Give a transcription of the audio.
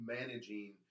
managing